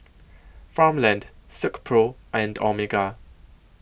Farmland Silkpro and Omega